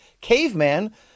caveman